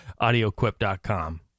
audioquip.com